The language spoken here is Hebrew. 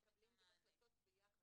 שמקבלים החלטות ביחד,